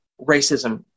racism